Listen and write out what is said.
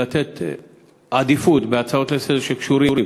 ולתת עדיפות להצעות לסדר-היום שקשורות,